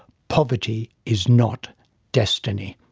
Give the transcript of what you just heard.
poverty is not destiny!